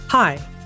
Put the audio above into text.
Hi